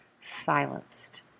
silenced